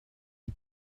ont